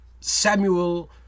Samuel